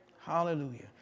Hallelujah